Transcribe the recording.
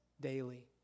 daily